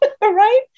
right